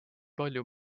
palju